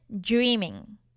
dreaming